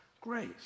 grace